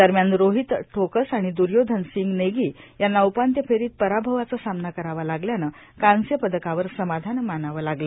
दरम्यान रोहित टोकस आणि द्र्योधन सिंग नेगी यांना उपांत्य फेरीत पराभवाचा सामना करावा लागल्यानं कांस्य पदकावर समाधान मानावं लागलं